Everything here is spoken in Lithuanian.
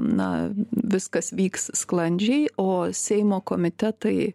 na viskas vyks sklandžiai o seimo komitetai